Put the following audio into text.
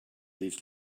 leaves